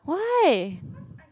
why